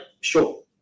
sure